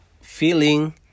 feeling